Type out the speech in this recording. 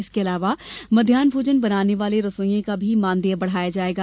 इसके अलावा मध्यान्ह भोजन बनाने वाले रसोइयों का भी मानदेय बढाया जायेगा